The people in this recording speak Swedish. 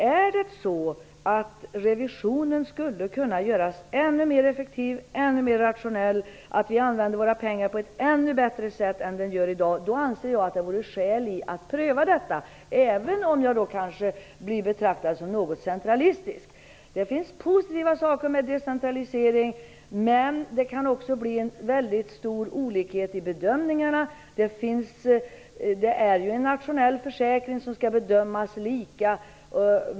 Är det så att revisionen skulle kunna göras ännu mer effektiv och rationell så att vi använder våra pengar ännu bättre än i dag, anser jag att det vore skäl att pröva detta, även om jag då kanske blir betraktad som något centralistisk. Det finns positiva saker med decentralisering, men det kan också bli väldigt stora olikheter i bedömningarna. Det är en nationell försäkring som skall bedömas lika.